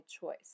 choice